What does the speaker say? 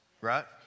right